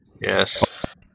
Yes